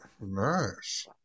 nice